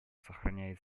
сохраняет